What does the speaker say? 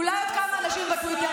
אולי עוד כמה אנשים בטוויטר.